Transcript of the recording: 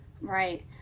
Right